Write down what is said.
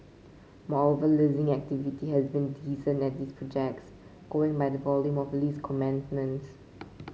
moreover leasing activity has been decent at these projects going by the volume of lease commencements